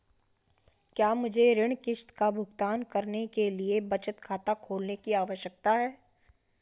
क्या मुझे ऋण किश्त का भुगतान करने के लिए बचत खाता खोलने की आवश्यकता है?